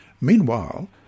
Meanwhile